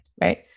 right